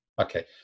Okay